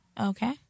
Okay